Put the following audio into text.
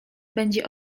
będzie